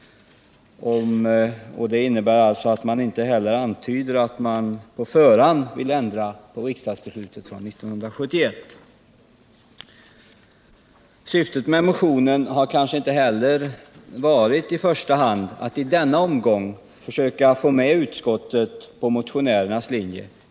Det innebär att man inte heller antyder att man innan utredningsresultatet föreligger vill ändra på riksdagsbeslutet från år 1971. Syftet med motionen har kanske inte heller i första hand varit att i denna omgång försöka få med utskottet på motionärernas linje.